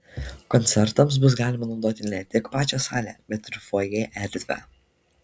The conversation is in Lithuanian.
koncertams bus galima naudoti ne tik pačią salę bet ir fojė erdvę